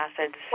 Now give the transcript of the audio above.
acids